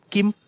Kim